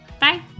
Bye